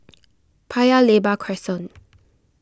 Paya Lebar Crescent